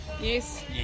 Yes